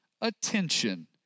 attention